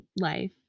life